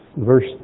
Verse